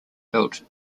built